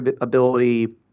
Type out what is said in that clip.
ability